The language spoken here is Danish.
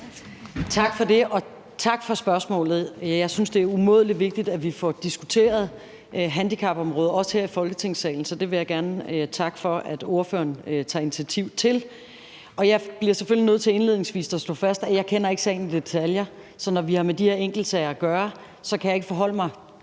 Tak for det, og tak for spørgsmålet. Jeg synes, det er umådelig vigtigt, at vi får diskuteret handicapområdet, også her i Folketingssalen, så jeg vil gerne takke for, at ordføreren tager initiativ til det. Jeg bliver selvfølgelig nødt til indledningsvis at slå fast, at jeg ikke kender sagen i detaljer. Så når vi har med de her enkeltsager at gøre, kan jeg ikke forholde mig